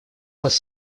вас